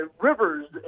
rivers